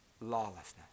lawlessness